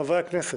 חברי הכנסת,